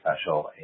special